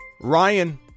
Ryan